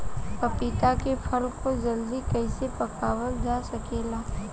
पपिता के फल को जल्दी कइसे पकावल जा सकेला?